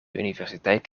universiteit